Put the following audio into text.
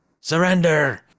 Surrender